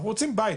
אנחנו רוצים בית,